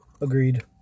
Agreed